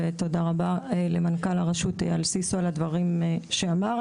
ותודה למנכ"ל הרשות אייל סיסו על הדברים שאמר.